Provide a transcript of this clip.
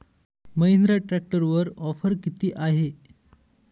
महिंद्रा ट्रॅक्टरवर ऑफर किती आहे?